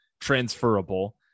transferable